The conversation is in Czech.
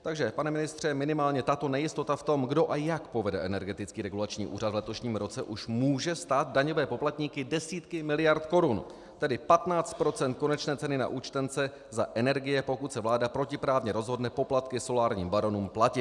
Takže pane ministře, minimálně tato nejistota v tom, kdo a jak povede Energetický regulační úřad v letošním roce, už může stát daňové poplatníky desítky miliard korun, tedy 15 % konečné ceny na účtence za energie, pokud se vláda protiprávně rozhodne poplatky solárním baronům platit.